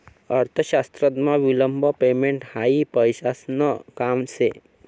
अर्थशास्त्रमा विलंब पेमेंट हायी पैसासन काम शे